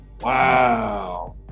Wow